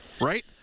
right